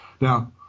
now